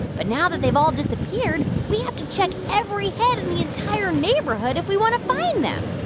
but now that they've all disappeared, we have to check every head in the entire neighborhood if we want to find them